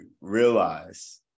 realize